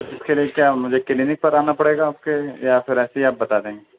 اس کے لیے کیا مجھے کلینک پر آنا پڑے گا آپ کے یا پھرایسے ہی آپ بتا دیں گے